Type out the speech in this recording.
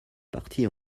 partie